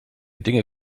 dinge